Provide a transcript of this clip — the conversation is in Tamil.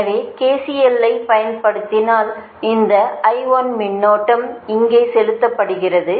எனவேKCL ல்லைப் பயன்படுத்தினால் இந்த மின்னோட்டம் இங்கே செலுத்தப்படுகிறது